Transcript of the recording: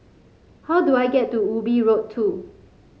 how do I get to Ubi Road Two